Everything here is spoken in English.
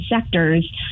sectors